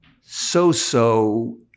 so-so